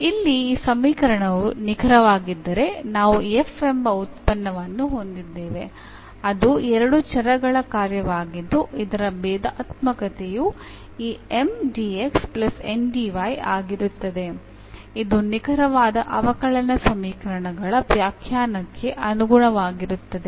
ಇಲ್ಲಿ ಈ ಸಮೀಕರಣವು ನಿಖರವಾಗಿದ್ದರೆ ನಾವು f ಎಂಬ ಉತ್ಪನ್ನವನ್ನು ಹೊಂದಿದ್ದೇವೆ ಅದು ಎರಡು ಚರಗಳ ಕಾರ್ಯವಾಗಿದ್ದು ಇದರ ಭೇದಾತ್ಮಕತೆಯು ಈ ಆಗಿರುತ್ತದೆ ಇದು ನಿಖರವಾದ ಅವಕಲನ ಸಮೀಕರಣಗಳ ವ್ಯಾಖ್ಯಾನಕ್ಕೆ ಅನುಗುಣವಾಗಿರುತ್ತದೆ